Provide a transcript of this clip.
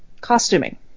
costuming